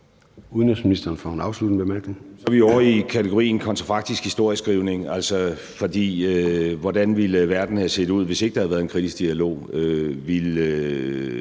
Udenrigsministeren (Lars Løkke Rasmussen): Så er vi ovre i kategorien kontrafaktisk historieskrivning, for hvordan ville verden have set ud, hvis ikke der havde været en kritisk dialog.